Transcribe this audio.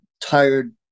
tired